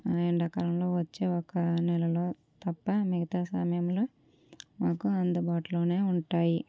ఆ ఎండాకాలంలో వచ్చే ఒక నెలలో తప్ప మిగతా సమయంలో మాకు అందుబాటులోనే ఉంటాయి